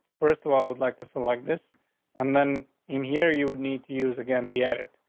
first of all, i would like to select this and then in here you would need to use again the edit.